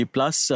Plus